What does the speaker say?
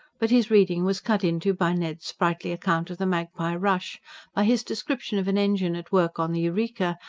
but his reading was cut into by ned's sprightly account of the magpie rush by his description of an engine at work on the eureka,